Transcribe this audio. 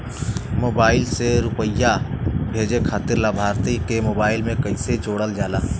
Mobile से रूपया भेजे खातिर लाभार्थी के मोबाइल मे कईसे जोड़ल जाला?